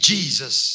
Jesus